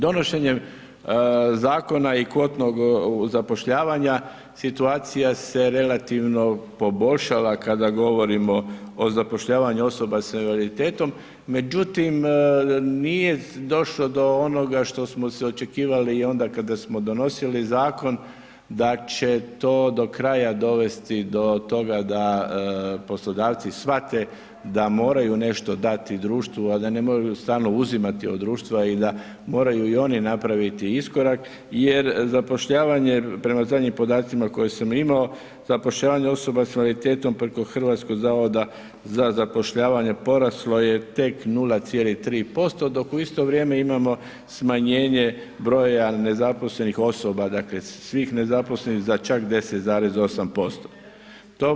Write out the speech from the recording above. Donošenje zakona i kvotnog zapošljavanja situacija s relativno poboljšala kada govorimo o zapošljavanju osoba s invaliditetom, međutim, nije došlo do onoga što smo se očekivali i onoga kada smo donosili zakon, da će to do kraja dovesti do toga da poslodavci shvate da moraju nešto dati društvu, a da ne moraju stalno uzimati od društva i da moraju i oni napraviti iskorak, jer zapošljavanje, prema zadnjim podacima koje sam imao, zapošljavanje osoba s invaliditetom preko Hrvatskog zavoda za zapošljavanje, poraslo je tek 0,3%, dok u isto vrijeme imamo smanjenje broja nezaposlenih osoba, dakle, svih nezaposlenih za čak 10,8%